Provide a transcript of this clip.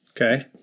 Okay